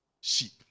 Sheep